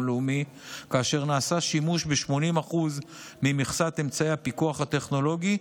לאומי כאשר נעשה שימוש ב-80% ממכסת אמצעי הפיקוח הטכנולוגי,